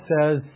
says